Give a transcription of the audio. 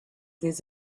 des